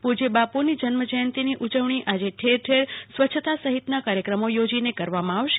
પુજય બાપુની જન્મ જયંતિની ઉજવણી આજે ઠેર ઠેર સ્વચ્છતા સહિતના કાર્યક્રમો ચોજીને કરવામાં આવશે